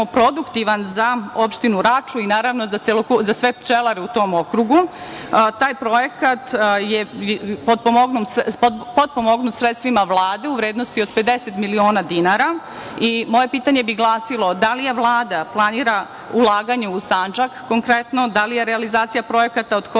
produktivan za opštinu Raču i za sve pčelare u tom okrugu. Taj projekat je potpomognut sredstvima Vlade u vrednosti od 50 miliona dinara. Moje pitanje bi glasilo – da li Vlad planira ulaganje u Sandžak, konkretno, da li je realizacija projekata od koristi